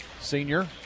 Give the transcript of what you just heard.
Senior